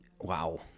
Wow